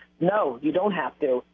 no, you don't have to.